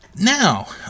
Now